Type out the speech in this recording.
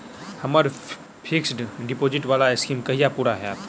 हम्मर fixed deposit वला scheme कहिया पूरा हैत?